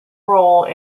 role